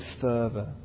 further